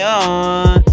on